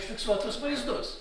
užfiksuotus vaizdus